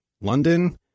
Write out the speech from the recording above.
London